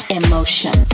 emotion